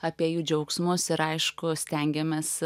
apie jų džiaugsmus ir aišku stengiamės